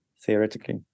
theoretically